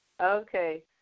Okay